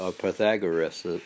Pythagoras